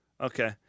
okay